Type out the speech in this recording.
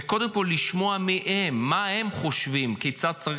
וקודם כול לשמוע מהם מה הם חושבים כיצד צריך